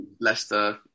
Leicester